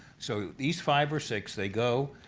so these five or six, they go,